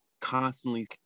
constantly